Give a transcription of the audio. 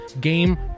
game